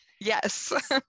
Yes